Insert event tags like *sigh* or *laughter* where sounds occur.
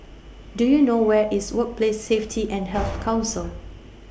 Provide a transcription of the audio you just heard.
Do YOU know Where IS Workplace Safety and *noise* Health Council